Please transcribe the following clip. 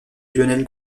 lionel